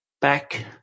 back